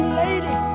lady